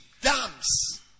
dams